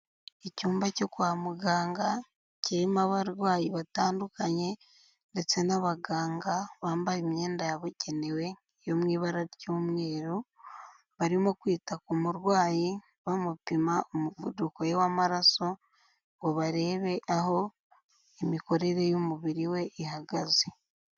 Icyumba cyo kwa muganga kirimo abarwayi batandukanye ndetse n'abaganga bambaye imyenda yabugenewe yo mu ibara ry'umweru, barimo kwita ku murwayi bamupima umuvuduko we w'amaraso ngo barebe aho imikorere y'umubiri we ihagaze.